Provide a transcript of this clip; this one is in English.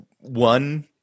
one